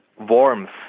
warmth